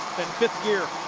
and fifth gear.